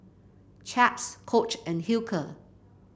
Chaps Coach and Hilker